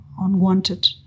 unwanted